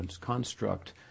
construct